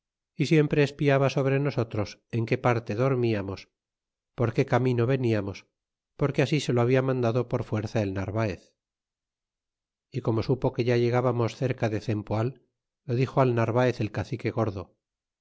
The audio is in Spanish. y siempre espiaba sobre nosotros en qué parte dormiamos porqué camino veniamos porque así se o habia mandado por fuerza el narvaez y como supo que ya llegábamos cerca de cempoal lo dixo al narvaez el cacique gordo que